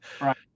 Right